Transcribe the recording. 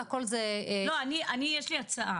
יש לי הצעה.